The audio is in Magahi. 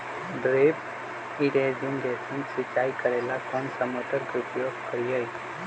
ड्रिप इरीगेशन सिंचाई करेला कौन सा मोटर के उपयोग करियई?